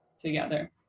together